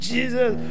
Jesus